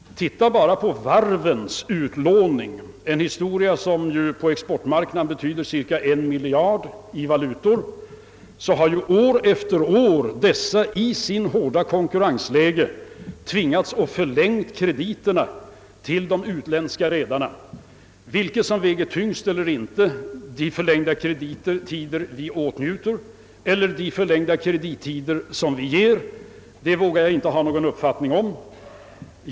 Om man t.ex. ser på varvens utlåning, här gäller det en produktion, som ju på exportmarknaden betyder cirka en miljard i valutor årligen, finner man att år efter år varven i det hårda konkurrensläget tvingats att förlänga krediterna till de utländska redarna. Vilket som väger tyngst, de förlängda kredittider vi åtnjuter eller de förlängda kredittider vi ger, vågar jag inte ha någon uppfattning om.